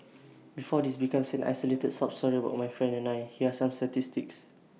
before this becomes an isolated sob story about my friend and I here are some statistics